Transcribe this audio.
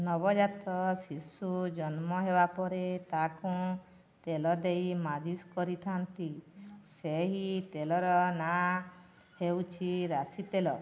ନବଜାତ ଶିଶୁ ଜନ୍ମ ହେବା ପରେ ତାକୁଁ ତେଲ ଦେଇ ମାଲିସ୍ କରିଥାନ୍ତି ସେହି ତେଲର ନାଁ ହେଉଛି ରାଶି ତେଲ